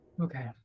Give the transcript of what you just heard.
okay